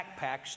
backpacks